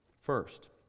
First